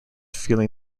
feeling